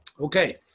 Okay